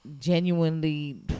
genuinely